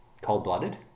cold-blooded